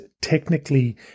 technically